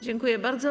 Dziękuję bardzo.